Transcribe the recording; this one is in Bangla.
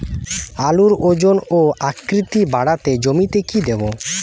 আলুর ওজন ও আকৃতি বাড়াতে জমিতে কি দেবো?